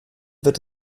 wird